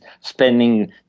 spending